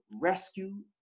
rescue